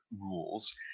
rules